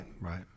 right